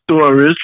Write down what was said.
stories